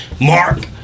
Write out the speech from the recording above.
Mark